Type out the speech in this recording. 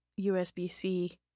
USB-C